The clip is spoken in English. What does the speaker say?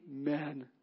amen